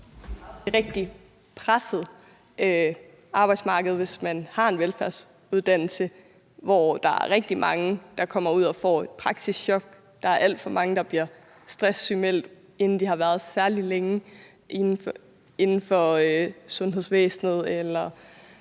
... et rigtig presset arbejdsmarked, hvis man har en velfærdsuddannelse. Der er rigtig mange, der kommer ud og får et praksischok. Der er alt for mange, der bliver stresssygemeldt, inden de har været særlig længe inden for sundhedsvæsenet